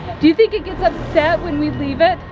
do you think it gets upset when we leave it?